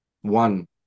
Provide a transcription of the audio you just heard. one